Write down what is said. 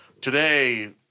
today